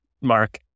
Mark